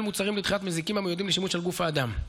מוצרים לדחיית מזיקים המיועדים לשימוש על גוף האדם.